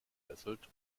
gefesselt